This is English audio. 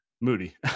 moody